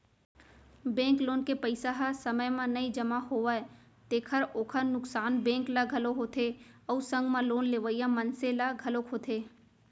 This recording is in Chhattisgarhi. बेंक लोन के पइसा ह समे म नइ जमा होवय तेखर ओखर नुकसान बेंक ल घलोक होथे अउ संग म लोन लेवइया मनसे ल घलोक होथे